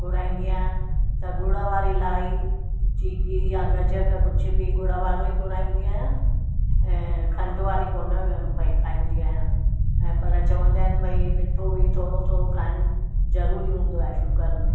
घुराईंदी आहियां त गुड़ वारी लाई चीकी या गजक कुझु बि गुड़ वारो ई घुराईंदी आहियां ऐं खंड वारी कोन भई खाईंदी आहियां ऐं पर चवंदा आहिनि भई मीठो बि थोरो थोरो खाइण ज़रूरी हूंदो आहे शुगर में